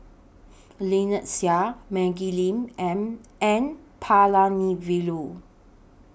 Lynnette Seah Maggie Lim and N Palanivelu